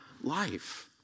life